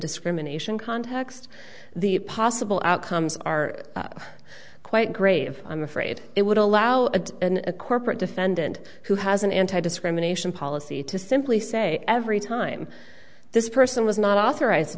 discrimination context the possible outcomes are quite grave i'm afraid it would allow a corporate defendant who has an anti discrimination policy to simply say every time this person was not authorized to